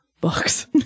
Books